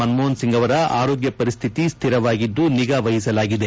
ಮನ್ಮೋಹನ್ ಸಿಂಗ್ ಅವರ ಆರೋಗ್ಯ ಪರಿಶ್ಠಿತಿ ಸ್ಥಿರವಾಗಿದ್ದು ನಿಗಾ ವಹಿಸಲಾಗಿದೆ